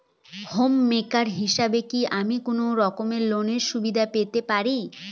Home maker হিসেবে কি আমি কোনো রকম লোনের সুবিধা পেতে পারি?